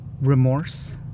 remorse